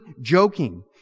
joking